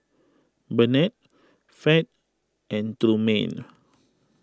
Bennett Fed and Trumaine